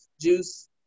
juice